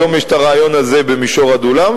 היום יש הרעיון הזה במישור עדולם,